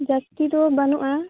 ᱡᱟᱹᱥᱛᱤ ᱫᱚ ᱵᱟᱹᱱᱩᱜᱼᱟ